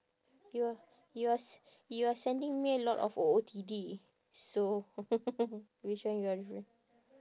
you're you're s~ you're sending me a lot of O_O_T_D so which one you're referring